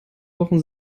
wochen